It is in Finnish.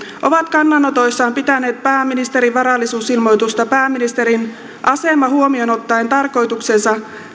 ovat kannanotoissaan pitäneet pääministerin varallisuusilmoitusta pääministerin asema huomioon ottaen tarkoitukseensa